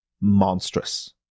monstrous